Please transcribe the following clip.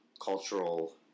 cultural